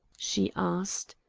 she asked.